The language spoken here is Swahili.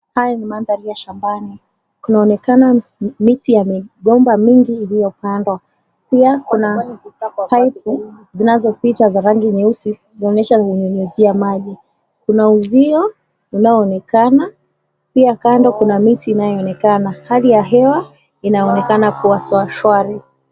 Haya ni maandhari ya shambani, kunaonekana miti ya migomba mingi iliyopandwa. Pia kuna pipe zinazopita za rangi nyeusi zinaonyesha zinanyunyuzia maji, kuna uzio unaoonekana pia kando kuna miti inayoonekana. Hali ya hewa inaonekana kuwa shwari.